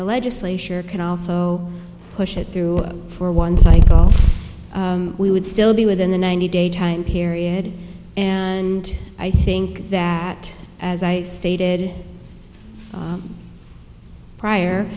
the legislature can also push it through for once i thought we would still be within the ninety day time period and i think that as i stated prior